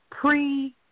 pre